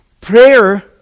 Prayer